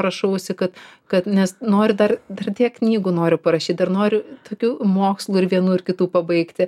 rašausi kad kad nes noriu dar dar tiek knygų noriu parašyti dar noriu tokių mokslų ir vienų ir kitų pabaigti